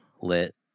Lit